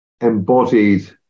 embodied